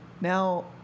Now